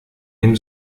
dem